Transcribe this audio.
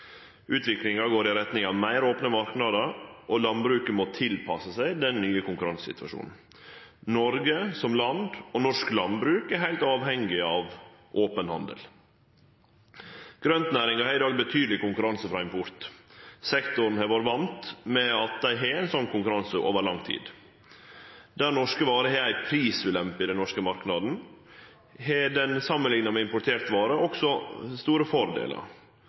Utviklinga går i retning av meir opne marknader, og landbruket må tilpasse seg den nye konkurransesituasjonen. Noreg som land og norsk landbruk er heilt avhengige av open handel. Grøntnæringa har i dag betydeleg konkurranse frå import. Sektoren har vore van med å ha ei slik konkurranse over lang tid. Der norske varer har ei prisulempe i den norske marknaden, har dei, samanlikna med importerte varer, også store fordelar.